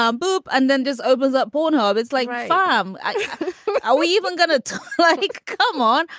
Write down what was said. um boop. and then does opens up pornhub it's like, are um ah we even gonna like, come on,